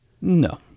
No